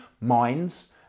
minds